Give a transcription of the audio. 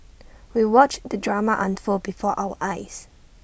we watched the drama unfold before our eyes